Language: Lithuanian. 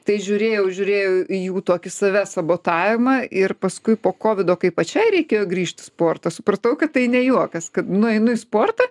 tai žiūrėjau žiūrėjau į jų tokį savęs sabotavimą ir paskui po kovido kai pačiai reikėjo grįžt į sportą supratau kad tai ne juokas kad nueinu į sportą